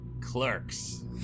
Clerks